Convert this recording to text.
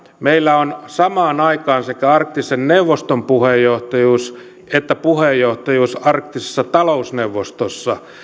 meillä on samaan aikaan sekä arktisen neuvoston puheenjohtajuus että puheenjohtajuus arktisessa talousneuvostossa